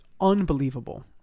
unbelievable